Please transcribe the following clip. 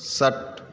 षट्